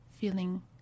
feeling